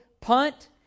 punt